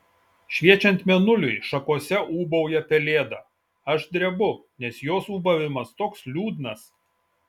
šviečiant mėnuliui šakose ūbauja pelėda aš drebu nes jos ūbavimas toks liūdnas